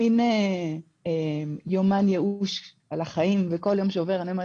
כאילו במן יומן ייאוש על החיים סליחה,